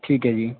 ਠੀਕ ਹੈ ਜੀ